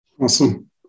Awesome